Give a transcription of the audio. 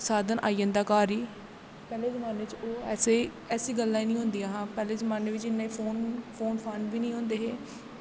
साधन आई जंदा घर गी पैह्ले जमाने च ओह् ऐसी गल्ला गै नी होंदियां हां पैह्ले जमाने बिच्च इन्ने फोन फान बी नी होंदे हे